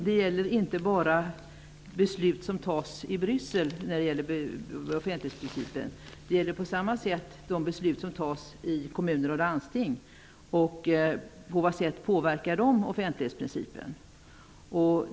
Det handlar då inte bara om beslut som fattas i Bryssel när det gäller offentlighetsprincipen, utan på samma sätt gäller det också beslut som fattas i kommuner och landsting och hur de besluten påverkar offentlighetsprincipen.